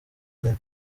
nteko